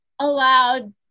allowed